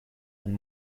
and